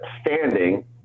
standing